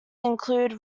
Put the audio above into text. include